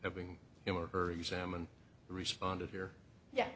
having him or her examined responded here ye